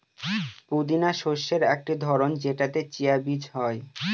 পুদিনা শস্যের একটি ধরন যেটাতে চিয়া বীজ হয়